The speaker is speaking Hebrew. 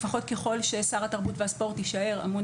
לפחות ככל ששר התרבות והספורט יישאר אמון